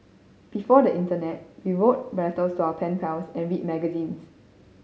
before the internet we wrote letters to our pen pals and read magazines